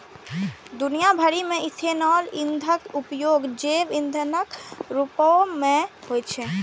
दुनिया भरि मे इथेनॉल ईंधनक उपयोग जैव ईंधनक रूप मे होइ छै